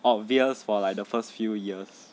obvious for like the first few years